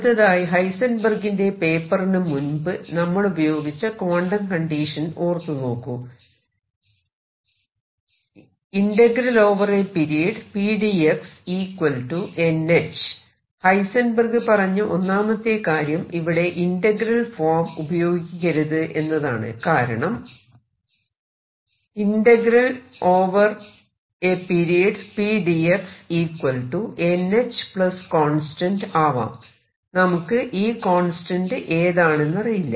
അടുത്തതായി ഹൈസെൻബെർഗിന്റെ പേപ്പറിനും മുൻപ് നമ്മൾ ഉപയോഗിച്ച ക്വാണ്ടം കണ്ടീഷൻ ഓർത്തു നോക്കൂ ഹൈസെൻബെർഗ് പറഞ്ഞ ഒന്നാമത്തെ കാര്യം ഇവിടെ ഇന്റഗ്രൽ ഫോം ഉപയോഗിക്കരുത് എന്നതാണ് കാരണം ആവാം നമുക്ക് ഈ കോൺസ്റ്റന്റ് ഏതാണെന്നറിയില്ല